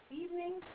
evening